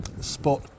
spot